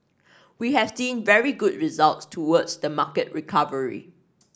we have seen very good results towards the market recovery